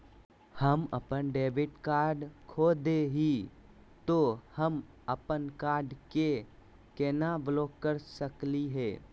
हम अपन debit card खो दे ही, त हम अप्पन कार्ड के केना ब्लॉक कर सकली हे?